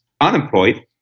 unemployed